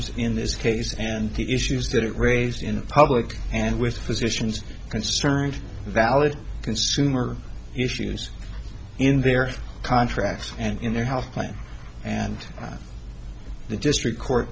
s in this case and the issues that it raised in the public and with physicians concerned valid consumer issues in their contracts and in their health plan and the district court